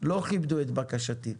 לא כיבדו את בקשתי,